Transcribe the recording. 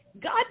God